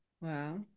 Wow